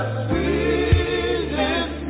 sweetest